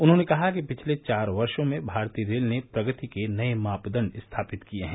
उन्होंने कहा कि पिछले चार वर्षो में भारतीय रेल ने प्रगति के नये मापदंड स्थापित किये हैं